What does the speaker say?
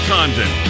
Condon